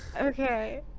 Okay